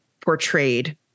portrayed